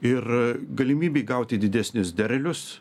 ir galimybė gauti didesnis derlius